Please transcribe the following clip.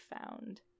found